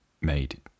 made